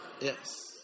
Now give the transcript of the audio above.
Yes